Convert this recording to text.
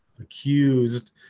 accused